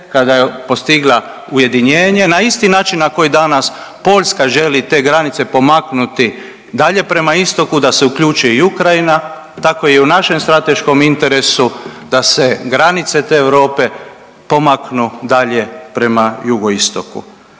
kada je postigla ujedinjenje na isti način na koji danas Poljska želi te granice pomaknuti dalje prema istoku da se uključi i Ukrajina, tako je i u našem strateškom interesu da se granice te Europe pomaknu dalje prema jugoistoku.